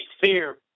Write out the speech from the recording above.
fear